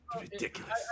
ridiculous